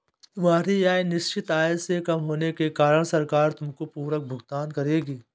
तुम्हारी आय निश्चित आय से कम होने के कारण सरकार तुमको पूरक भुगतान करेगी